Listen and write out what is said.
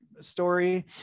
story